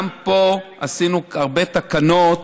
גם פה עשינו הרבה תקנות